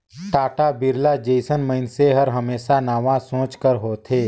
टाटा, बिरला जइसन मइनसे हर हमेसा नावा सोंच कर होथे